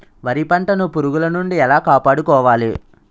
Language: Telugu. వరి పంటను పురుగుల నుండి ఎలా కాపాడుకోవాలి?